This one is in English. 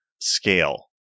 scale